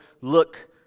look